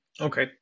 Okay